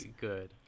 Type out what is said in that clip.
good